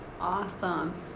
awesome